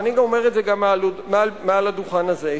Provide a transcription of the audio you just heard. ואני גם אומר את זה מעל דוכן הזה,